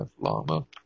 Lama